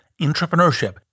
entrepreneurship